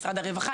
משרד הרווחה,